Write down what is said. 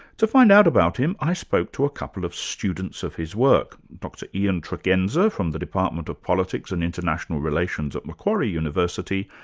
to find out about him, i spoke to a couple of students of his work, dr ian tregenza from the department of politics and international relations at macquarie university,